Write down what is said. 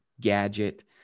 gadget